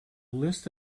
list